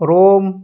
Rome